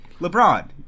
LeBron